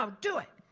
um do it.